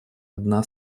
одна